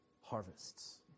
harvests